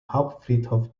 hauptfriedhof